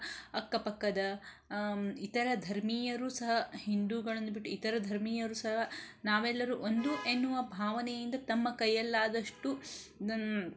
ಅಕ್ಕಪಕ್ಕದ ಇತರ ಧರ್ಮೀಯರೂ ಸಹ ಹಿಂದೂಗಳನ್ನು ಬಿಟ್ಟು ಇತರ ಧರ್ಮೀಯರೂ ಸಹ ನಾವೆಲ್ಲರೂ ಒಂದು ಎನ್ನುವ ಭಾವನೆಯಿಂದ ತಮ್ಮ ಕೈಯಲ್ಲಾದಷ್ಟು